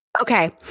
Okay